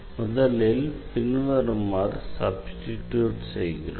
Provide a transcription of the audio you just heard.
முதலில் பின்வருமாறு சப்ஸ்டிடியூட் செய்கிறோம்